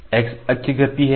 तो यह left x अक्ष गति है